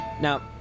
Now